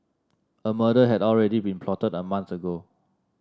a murder had already been plotted a month ago